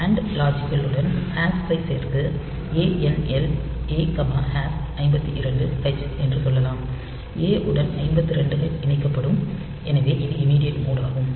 and லாஜிக்கலுடன் hash ஐ சேர்த்து ANL A 52h என்று சொல்லலாம் A உடன் 52 ஹெக்ஸ் இணைக்கப்படும் எனவே இது இமிடியட் மோட் ஆகும்